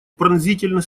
пронзительно